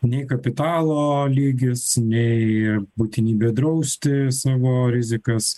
nei kapitalo lygis nei būtinybė drausti savo rizikas